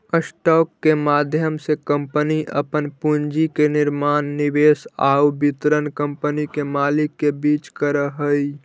stock के माध्यम से कंपनी अपन पूंजी के निर्माण निवेश आउ वितरण कंपनी के मालिक के बीच करऽ हइ